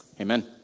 amen